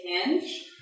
hinge